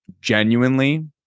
genuinely